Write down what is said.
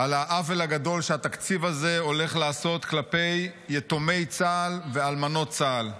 על העוול הגדול שהתקציב הזה הולך לעשות כלפי יתומי צה"ל ואלמנות צה"ל.